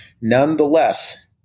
nonetheless